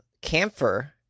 Camphor